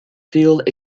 field